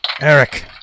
eric